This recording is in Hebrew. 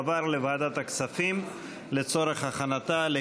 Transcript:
לוועדת הכספים נתקבלה.